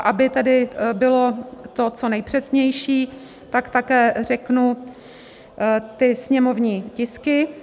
Aby tedy to bylo co nejpřesnější, tak také řeknu ty sněmovní tisky.